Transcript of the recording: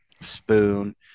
Spoon